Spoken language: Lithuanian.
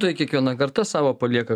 tai kiekviena karta savo palieka